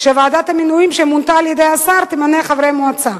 שוועדת המינויים שמונתה על-ידי השר תמנה חברי מועצה.